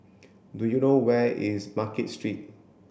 do you know where is Market Street